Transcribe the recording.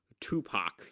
Tupac